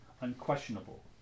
unquestionable